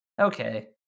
okay